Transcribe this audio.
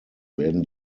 werden